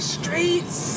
streets